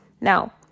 now